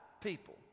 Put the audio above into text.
people